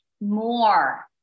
more